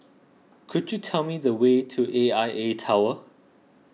could you tell me the way to A I A Tower